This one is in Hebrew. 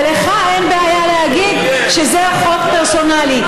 ולך אין בעיה להגיד שזה חוק פרסונלי,